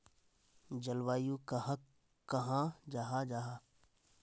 जलवायु कहाक कहाँ जाहा जाहा?